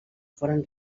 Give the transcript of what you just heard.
foren